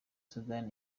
soudan